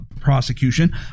prosecution